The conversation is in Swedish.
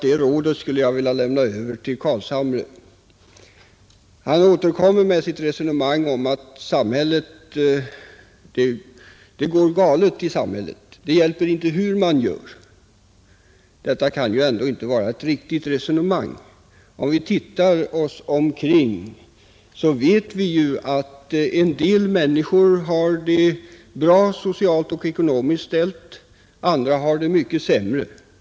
Det rådet vill jag nu lämna över till herr Carlshamre, när han återkommer med sitt resonemang om att det går galet i samhället; det hjälper inte hur man gör. Det kan inte vara ett riktigt resonemang. Om vi ser oss omkring skall vi finna att en del människor har det bra ställt socialt och ekonomiskt, andra har det mycket sämre.